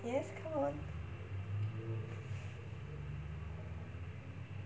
yes come on